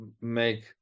make